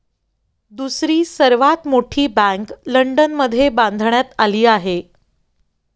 दुसरी सर्वात मोठी बँक लंडनमध्ये बांधण्यात आली आहे